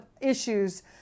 issues